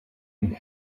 and